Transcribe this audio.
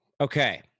Okay